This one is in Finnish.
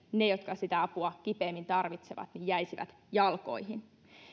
ne jotka sitä apua kipeimmin tarvitsevat jäisivät jalkoihin